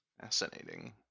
Fascinating